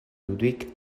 ludwig